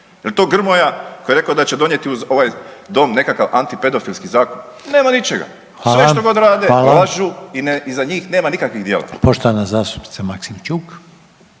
Je li to Grmoja koji je rekao da će donijeti u ovaj dom nekakav antipedofilski zakon? Nema ničega. .../Upadica: Hvala. Hvala./... Sve što god rade, lažu i ne, iza njih nema nikakvih djela.